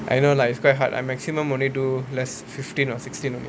I know lah it's quite hard I maximum only do less fifteen or sisteen only